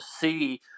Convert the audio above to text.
see